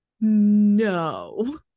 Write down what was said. no